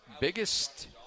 Biggest